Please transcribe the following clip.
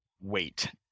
Wait